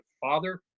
father